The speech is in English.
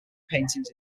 paintings